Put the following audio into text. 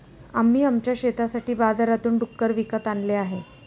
आम्ही आमच्या शेतासाठी बाजारातून डुक्कर विकत आणले आहेत